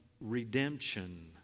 redemption